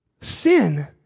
Sin